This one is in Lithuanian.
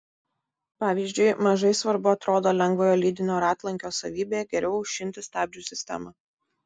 pavyzdžiui mažai svarbu atrodo lengvojo lydinio ratlankio savybė geriau aušinti stabdžių sistemą